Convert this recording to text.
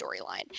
storyline